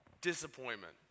Disappointment